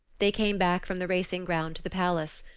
they came back from the racing ground to the palace.